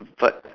but